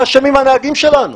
מה אשמים הנהגים שלנו?